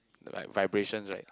like vibration right